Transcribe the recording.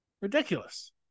Ridiculous